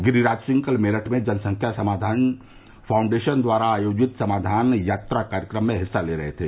गिरिराज सिंह कल मेरठ में जनसंख्या समाधान फाउंडेशन द्वारा आयोजित समाधान यात्रा कार्यक्रम में हिस्सा ले रहे थे